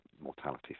mortality